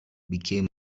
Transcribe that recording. became